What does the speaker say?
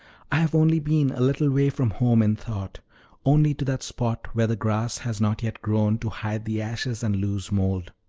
i have only been a little way from home in thought only to that spot where the grass has not yet grown to hide the ashes and loose mold.